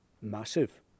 Massive